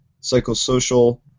psychosocial